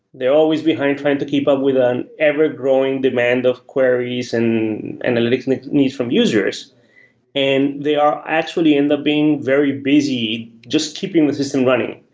they're always behind trying to keep up with an ever growing demand of queries and analytics it needs from users and they are actually end up being very busy just keeping the system running,